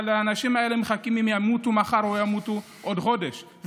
אבל האנשים האלה מחכים אם ימותו מחר או ימותו עוד חודש,